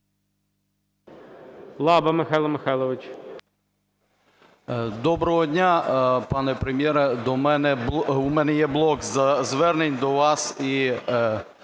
Доброго дня, пане Прем'єре! У мене є блок звернень до вас і хотів